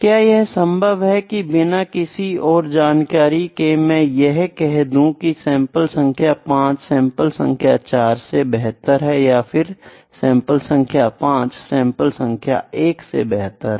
क्या यह संभव है कि बिना किसी और जानकारी के मैं यह कह दूं की सैंपल संख्या 5 सैंपल संख्या 4 से बेहतर है या फिर सैंपल संख्या 5 सैंपल संख्या 1 से बेहतर है